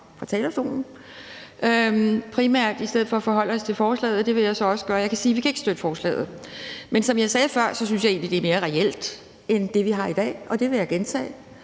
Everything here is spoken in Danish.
fra talerstolen primært i stedet for at forholde os til forslaget. Det vil jeg så også gøre. Jeg kan sige, at vi ikke kan støtte forslaget, men som jeg sagde før, synes jeg egentlig, det er mere reelt end det, vi har i dag, og det vil jeg gentage.